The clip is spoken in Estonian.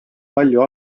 palju